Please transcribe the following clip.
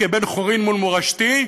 כבן חורין מול מורשתי,